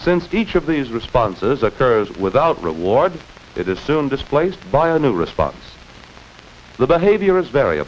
since each of these responses occurs without reward it is soon displaced by a new response the behavior is var